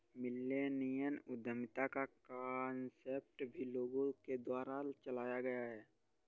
millennial उद्यमिता का concept भी लोगों के द्वारा चलाया गया है